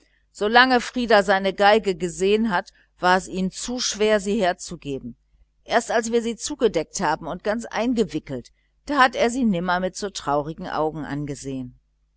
frieder seine violine gesehen hat war es ihm zu schwer sie herzugeben erst wie wir sie zugedeckt haben und ganz eingewickelt hat er sie nimmer mit so traurigen augen angesehen